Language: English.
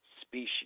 species